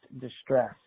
distress